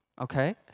Okay